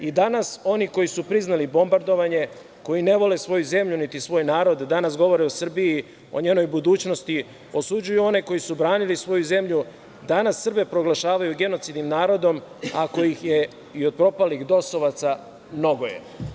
Danas, oni koji su priznali bombardovanje, koji ne vole svoju zemlju niti svoj narod, danas govore o Srbiji o njenoj budućnosti, osuđuju one koji su branili svoju zemlju, danas Srbe proglašavaju genocidnim narodom, ako je i od propalih DOS-ovaca, mnogo je.